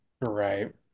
Right